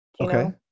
okay